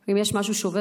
אם יש משהו שובר,